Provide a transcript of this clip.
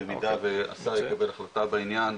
במידה והשר יקבל החלטה בעניין,